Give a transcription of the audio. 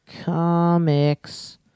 Comics